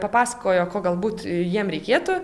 papasakojo ko galbūt jiem reikėtų